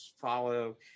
follow